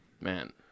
man